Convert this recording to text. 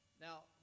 Now